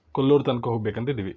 ಕೊಲ್ಲೂರು ತನಕ ಹೋಗ್ಬೇಕಂತ ಇದ್ದೀವಿ